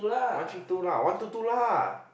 one three two lah one two two lah